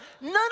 None